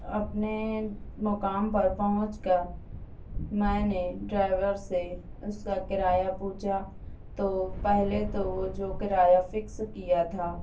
اپنے مقام پر پہنچ کر میں نے ڈرائیور سے اس کا کرایہ پوچھا تو پہلے تو وہ جو کرایہ فکس کیا تھا